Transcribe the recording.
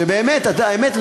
האמת,